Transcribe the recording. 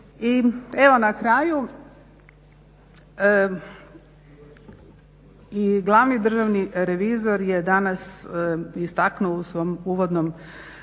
evo na kraju i glavni Državni revizor je danas istaknuo u svom uvodom